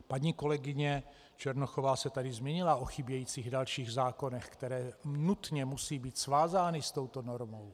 Paní kolegyně Černochová se tady zmínila o chybějících dalších zákonech, které nutně musí být svázány s touto normou.